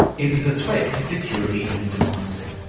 it was a threat to security and democracy.